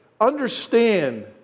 Understand